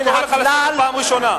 אני קורא לך לסדר פעם ראשונה.